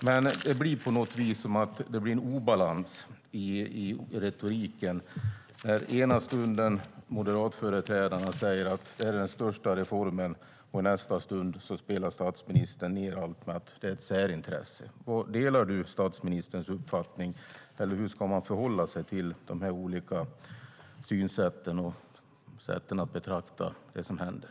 Men det blir på något vis en obalans i retoriken när moderatföreträdarna i ena stunden säger att detta är den största reformen, och i nästa stund spelar statsministern så att säga ned allt genom att säga att försvaret är ett särintresse. Delar du statsministerns uppfattning, eller hur ska man förhålla sig till dessa olika synsätt och sätten att betrakta det som händer?